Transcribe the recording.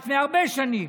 לפני הרבה שנים,